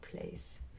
place